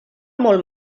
molt